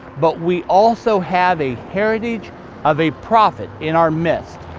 but we also have a heritage of a prophet in our midst.